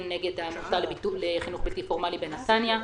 נגד העמותה לביטול חינוך בלתי פורמאלי בנתניה,